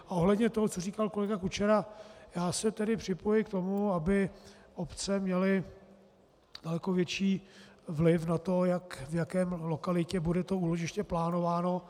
Ohledně toho, co říkal kolega Kučera, já se tedy připojuji k tomu, aby obce měly daleko větší vliv na to, v jaké lokalitě bude to úložiště plánováno.